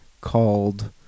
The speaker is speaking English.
called